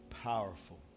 powerful